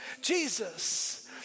Jesus